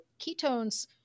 ketones